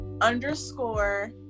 underscore